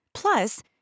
Plus